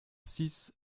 six